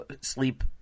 sleep